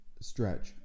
stretch